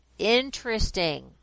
Interesting